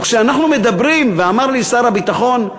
וכשאנחנו מדברים, ואמר לי שר הביטחון: